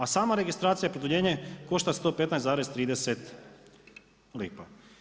A sama registracija i produljenje košta 115,30 lipa.